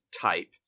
type